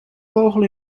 vogel